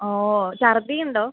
ഓ ഛർദി ഉണ്ടോ